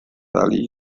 ali